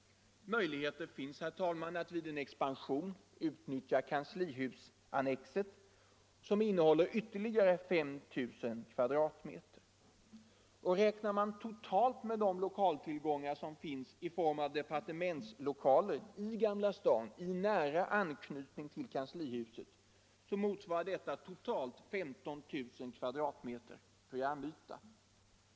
Möjligheter finns att vid expansion utnyttja kanslihusannexet, som innehåller 5 000 m? ytterligare. Räknar man totalt med de lokaltillgångar som finns i form av departementslokaler i Gamla stan i nära anslutning till kanslihuset, så motsvarar detta totalt 15 000 m? programyta.